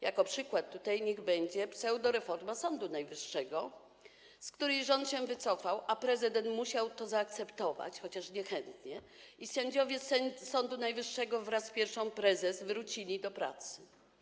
Jako przykład podam pseudoreformę Sądu Najwyższego, z której rząd się wycofał, a prezydent musiał to zaakceptować, chociaż niechętnie, i sędziowie Sądu Najwyższego wraz z pierwszą prezes wrócili do pracy.